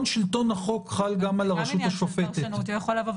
תשעה דיונים בכלא אלה התקיימו לאחר החלטה שיפוטית של השופט יו"ר הוועדה,